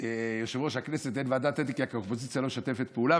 יושב-ראש הכנסת: אין ועדת אתיקה כי האופוזיציה לא משתפת פעולה,